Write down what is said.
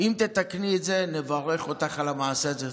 אם תתקני את זה, נברך אותך על המעשה את זה.